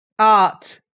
Art